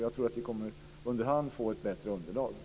Jag tror att vi under hand kommer att få ett bättre underlag.